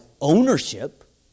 ownership